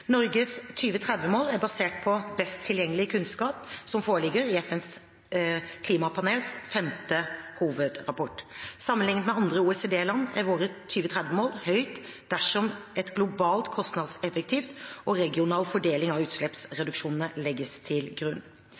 Norges 2030-mål er basert på den best tilgjengelige kunnskap som foreligger i FNs klimapanels femte hovedrapport. Sammenlignet med andre OECD-land er vårt 2030-mål høyt, dersom en global, kostnadseffektiv og regional fordeling av utslippsreduksjoner legges til grunn.